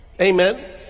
Amen